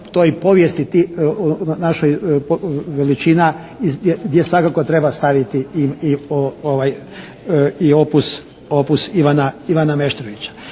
toj povijesti tih, našoj veličina gdje svakako treba staviti i opus Ivana Meštrovića.